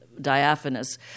diaphanous